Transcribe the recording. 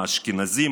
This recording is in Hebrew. האשכנזים,